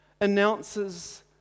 announces